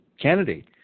Kennedy